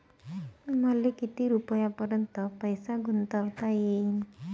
मले किती रुपयापर्यंत पैसा गुंतवता येईन?